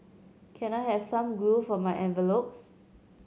can I have some glue for my envelopes